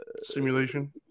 simulation